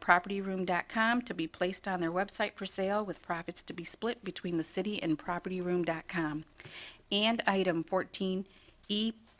property room dot com to be placed on their website for sale with profits to be split between the city and property room dot com and item fourteen